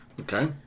Okay